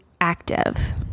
active